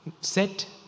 Set